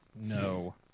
No